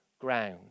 ground